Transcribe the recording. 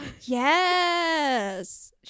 Yes